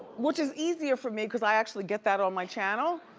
which is easier for me cause i actually get that on my channel.